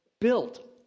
built